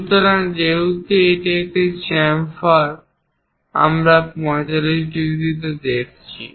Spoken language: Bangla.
সুতরাং যেহেতু এটি একটি চেম্ফার আমরা 45 ডিগ্রি দেখাচ্ছি